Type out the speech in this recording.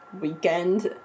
weekend